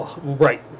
Right